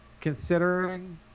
considering